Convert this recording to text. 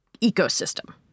ecosystem